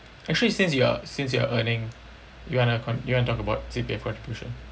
actually since you're since you're earning you want to con~ you want to talk about C_P_F contribution